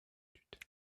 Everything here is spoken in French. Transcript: tutelle